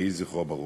יהי זכרו ברוך.